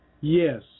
Yes